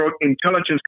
Intelligence